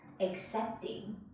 accepting